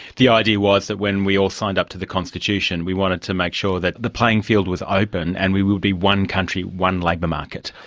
the idea was that when we all signed up to the constitution we wanted to make sure that the playing field was open and we would be one country, one like labour market,